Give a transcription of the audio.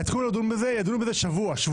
יתחילו לדון בזה וידונו בזה שבוע-שבועיים.